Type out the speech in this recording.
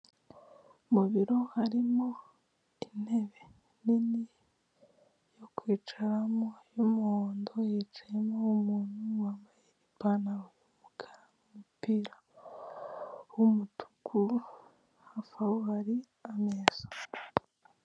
Mu biro harimo inebe nini yo kwicaramo y'umuhondo hicayemo umuntu wambaye ipantaro y'umukara n'umupira w'umutuku hafi aho hari ameza.